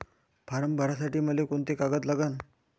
Form भरासाठी मले कोंते कागद लागन?